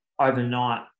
overnight